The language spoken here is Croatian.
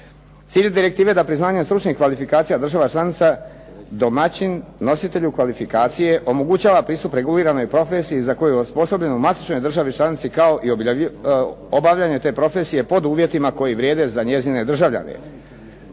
Cilj je direktive da priznanja stručnih kvalifikacija država članica domaćin nositelju kvalifikacije omogućava pristup reguliranoj profesiji za koju je osposobljen u matičnoj državi članici, kao i obavljanje te profesije pod uvjetima koji vrijede za njezine državljane.